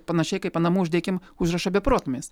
panašiai kaip ant namų uždėkim užrašą beprotnamis